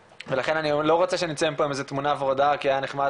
ולכן אני לא רוצה שנצא מפה עם איזה תמונה ורודה כי היה נחמד